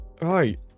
right